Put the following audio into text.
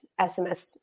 SMS